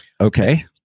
Okay